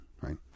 right